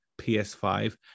PS5